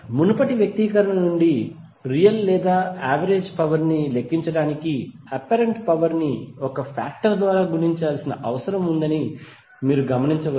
మునుపటి వ్యక్తీకరణ నుండి రియల్ లేదా యావరేజ్ పవర్ ని లెక్కించడానికి అప్పారెంట్ పవర్ ని ఒక ఫాక్టర్ ద్వారా గుణించాల్సిన అవసరం ఉందని మీరు గమనించవచ్చు